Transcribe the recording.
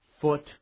foot